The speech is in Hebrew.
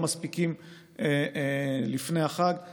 עזרה ראשונה למי שזקוק לה באיזושהי דרך לפני החג או אפילו במהלך החג.